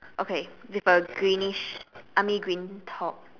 okay with a greenish army green top